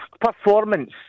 performance